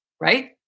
right